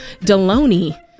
Deloney